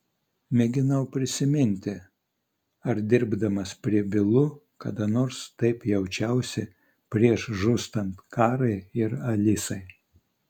mėginau prisiminti ar dirbdamas prie bylų kada nors taip jaučiausi prieš žūstant karai ir alisai